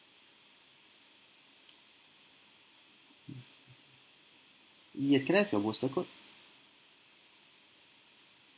yes can I have your postal code